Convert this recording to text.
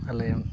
ᱟᱞᱮ